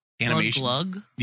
animation